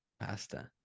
Pasta